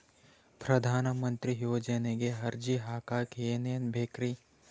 ಪ್ರಧಾನಮಂತ್ರಿ ಯೋಜನೆಗೆ ಅರ್ಜಿ ಹಾಕಕ್ ಏನೇನ್ ಬೇಕ್ರಿ?